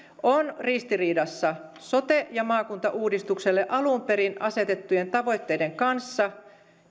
on ristiriidassa sote ja maakuntauudistukselle alun perin asetettujen tavoitteiden kanssa